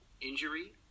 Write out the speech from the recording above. injury